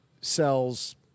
sells